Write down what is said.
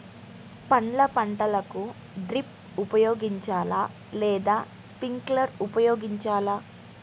పండ్ల పంటలకు డ్రిప్ ఉపయోగించాలా లేదా స్ప్రింక్లర్ ఉపయోగించాలా?